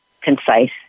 concise